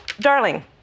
Darling